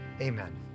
Amen